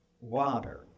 Water